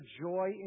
joy